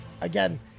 again